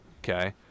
Okay